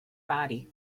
body